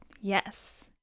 Yes